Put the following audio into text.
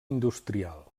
industrial